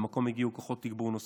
למקום הגיעו כוחות תגבור נוספים.